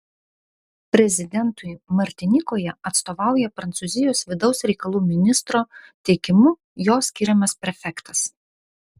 prezidentui martinikoje atstovauja prancūzijos vidaus reikalų ministro teikimu jo skiriamas prefektas